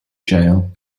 jail